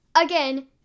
Again